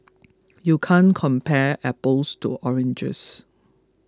you can't compare apples to oranges